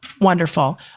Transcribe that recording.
Wonderful